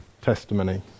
testimony